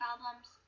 problems